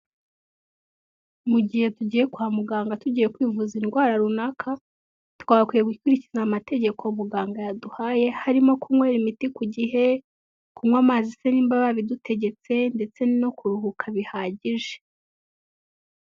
Mu gihe tugiye kwa muganga tugiye kwivuza indwara runaka twakwiye gukurikiza amategeko muganga yaduhaye harimo kunywera imiti ku gihe, kunywa amazi se nimba babidutegetse ndetse no kuruhuka bihagije.